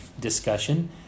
discussion